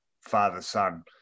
father-son